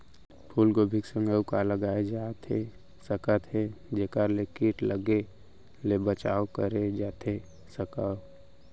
फूलगोभी के संग अऊ का लगाए जाथे सकत हे जेखर ले किट लगे ले बचाव करे जाथे सकय?